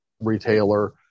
retailer